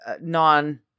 non